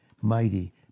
mighty